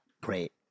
great